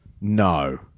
No